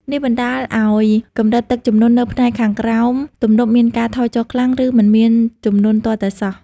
នេះបណ្តាលឱ្យកម្រិតទឹកជំនន់នៅផ្នែកខាងក្រោមទំនប់មានការថយចុះខ្លាំង ឬមិនមានជំនន់ទាល់តែសោះ។